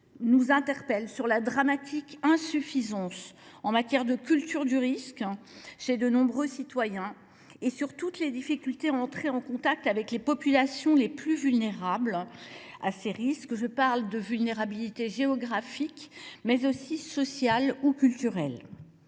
nous a interpellés sur la dramatique insuffisance en matière de culture du risque chez de nombreux citoyens et sur toutes les difficultés à entrer en contact avec les populations les plus vulnérables – je parle de vulnérabilité non seulement géographique, mais aussi sociale ou culturelle.